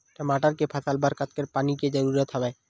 टमाटर के फसल बर कतेकन पानी के जरूरत हवय?